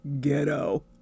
ghetto